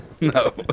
No